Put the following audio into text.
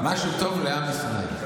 משהו טוב לעם ישראל.